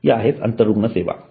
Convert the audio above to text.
या आहेत आंतररुग्ण सेवा आहेत